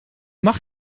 mag